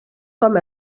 com